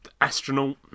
astronaut